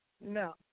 No